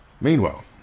Meanwhile